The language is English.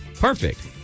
Perfect